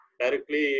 directly